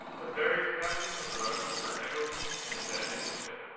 the ferry's captain was arrested for negligence and abandoning ship.